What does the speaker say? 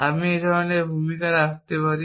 আমি এই ধরনের একটি ভূমিকা রাখতে পারি